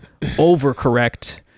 overcorrect